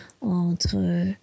entre